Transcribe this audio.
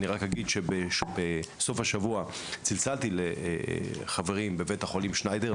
אני רק אגיד שבסוף השבוע צלצלתי לחברי בבית החולים שניידר,